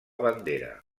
bandera